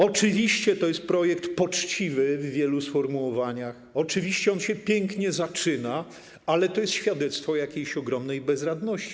Oczywiście to jest projekt poczciwy w wielu sformułowaniach, oczywiście on się pięknie zaczyna, ale to jest świadectwo jakiejś ogromnej bezradności.